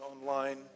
online